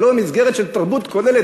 ולא במסגרת של תרבות כוללת